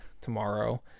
tomorrow